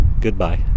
Goodbye